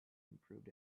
improved